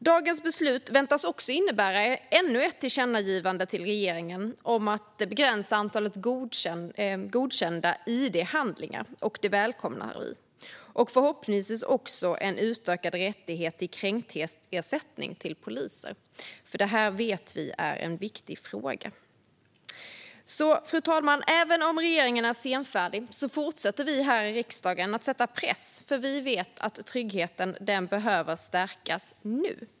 Dagens beslut väntas också innebära ännu ett tillkännagivande till regeringen om att begränsa antalet godkända id-handlingar, vilket vi välkomnar, och förhoppningsvis också utöka rätten till kränkningsersättning för poliser. Det vet vi är en viktig fråga. Fru talman! Även om regeringen är senfärdig fortsätter vi här i riksdagen att sätta press, för vi vet att tryggheten behöver stärkas nu.